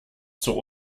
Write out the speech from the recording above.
zur